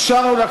אושר לה.